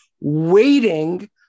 waiting